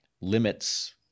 limits